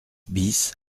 bis